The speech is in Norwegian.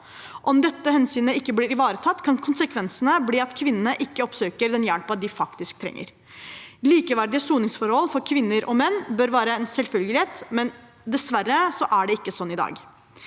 Om dette hensynet ikke blir ivaretatt, kan konsekvensen bli at kvinnene ikke oppsøker den hjelpen de faktisk trenger. Likeverdige soningsforhold for kvinner og menn bør være en selvfølgelighet, men dessverre er det ikke sånn i dag.